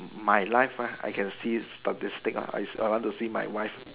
my life right I can see statistic lah is around to see my wife